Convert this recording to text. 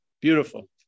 beautiful